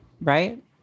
Right